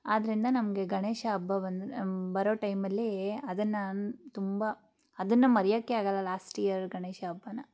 ಆದ್ದರಿಂದ ನಮಗೆ ಗಣೇಶ ಹಬ್ಬ ಬಂದ ಬರೋ ಟೈಮಲ್ಲಿ ಅದನ್ನು ತುಂಬ ಅದನ್ನು ಮರೆಯೋಕ್ಕೆ ಆಗೋಲ್ಲ ಲಾಸ್ಟ್ ಇಯರ್ ಗಣೇಶ ಹಬ್ಬಾನ